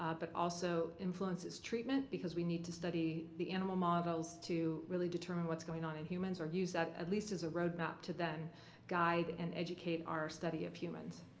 ah but also influences treatment because we need to study the animal models to really determine what's going on in humans or use that at least as a roadmap to then guide and educate our study of humans.